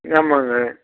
ஆமாங்க